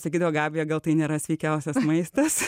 sakydavo gabija gal tai nėra sveikiausias maistas